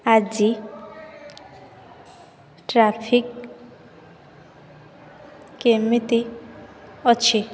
ଆଜି ଟ୍ରାଫିକ୍ କେମିତି ଅଛି